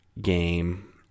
game